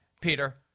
Peter